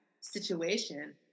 situation